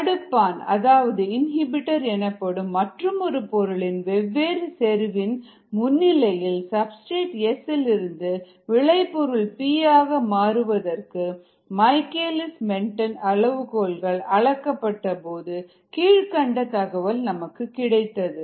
தடுப்பான் அதாவது இன்ஹிபிட்டர் எனப்படும் மற்றும் ஒரு பொருளின் வேவ்வேறு செறிவின் முன்னிலையில் சப்ஸ்டிரேட் S இலிருந்து விளைபொருள் P ஆக மாறுவதற்கு மைக்கேல்லிஸ் மென்டென் அளவுகோல்கள் அளக்கப்பட்ட பொழுது கீழ்க்கண்ட தகவல் கிடைத்தது